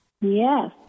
Yes